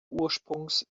ursprungs